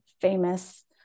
famous